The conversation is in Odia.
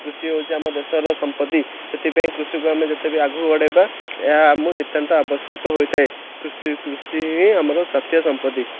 କୃଷି ହଉଛି ଆମ ଦେଶର ସମ୍ପତ୍ତି ସେଥିପାଇଁ କୃଷିକୁ ଆମେ ଯେତେବି ଆଗକୁ ବଢ଼େଇବା ଏହା ଆମକୁ ନିତ୍ୟାନ୍ତ ଆବଶ୍ୟକ ହୋଇଥାଏ କୃଷି କୃଷି ହିଁ ଆମର ଜାତୀୟ ସମ୍ପତ୍ତି